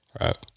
Right